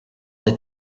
des